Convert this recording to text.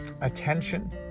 attention